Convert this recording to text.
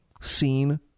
seen